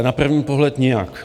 Na první pohled nijak.